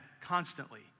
constantly